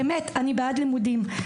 באמת אני בעד לימודים,